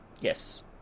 Yes